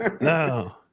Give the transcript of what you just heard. No